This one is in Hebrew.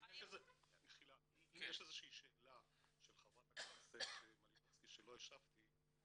אם יש איזו שהיא שאלה של חברת הכנסת מלינובסקי שלא השבתי,